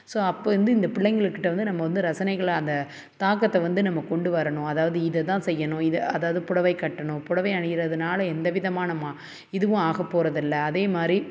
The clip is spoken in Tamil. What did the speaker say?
ஸோ அப்போது இருந்து இந்த பிள்ளைங்களுகிட்ட வந்து நம்ம வந்து ரசனைகளை அந்த தாக்கத்தை வந்து நம்ம கொண்டு வரணும் அதாவது இதை தான் செய்யணும் இதை அதாவது புடவை கட்டணும் புடவை அணியிறதனால எந்த விதமான மா இதுவும் ஆக போகிறதில்ல அதே மாதிரி